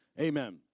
amen